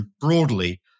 Broadly